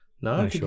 No